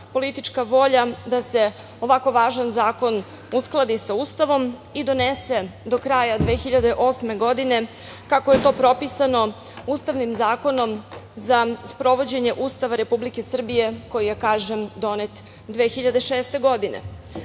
politička volja da se ovako važan zakon uskladi sa Ustavom i donese do kraja 2008. godine, kako je to propisano Ustavnim zakonom za sprovođenje Ustava Republike Srbije, koji je, kažem, donet 2006. godine. Sada,